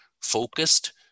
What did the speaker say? focused